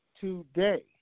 today